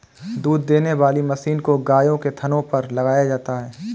दूध देने वाली मशीन को गायों के थनों पर लगाया जाता है